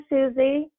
Susie